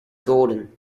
golden